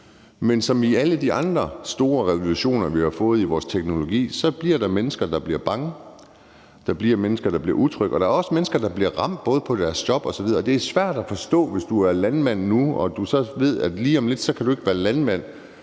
der, som i alle de andre store revolutioner, vi har haft inden for teknologi, er mennesker, der bliver bange, og som bliver utrygge. Der er mennesker, der bliver ramt, både på deres job og andre ting, og det er svært at forstå, hvis du er landmand nu og ved, at lige om lidt kan du ikke være landmand.